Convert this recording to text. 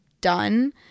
done